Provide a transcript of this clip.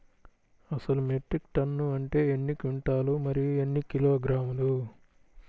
అసలు metric ton అంటే ఎన్ని క్వింటాలు మరియు ఎన్ని కిలోగ్రాములు?